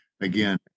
again